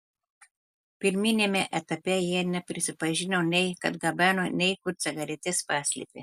pirminiame etape jie neprisipažino nei kad gabeno nei kur cigaretes paslėpė